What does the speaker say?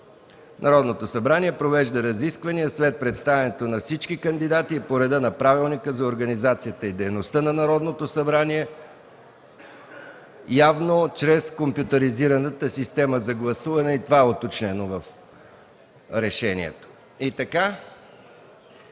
Народното събрание провежда разисквания след представянето на всички кандидати по реда на Правилника за организацията и дейността на Народното събрание – явно, чрез компютризираната система за гласуване”. И това е уточнено в решението.